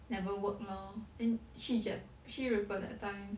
never work lor then 去 jap~ 去日本 that time